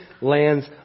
lands